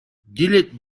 delete